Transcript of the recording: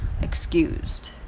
excused